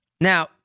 Now